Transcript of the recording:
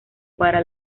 para